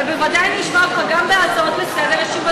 ובוודאי נשמע אותך גם בהצעות לסדר-היום,